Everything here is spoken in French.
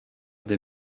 des